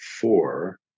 four